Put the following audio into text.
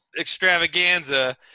extravaganza